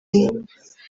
imwe